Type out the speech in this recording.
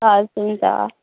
हवस् हुन्छ